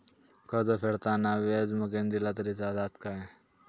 कर्ज फेडताना व्याज मगेन दिला तरी चलात मा?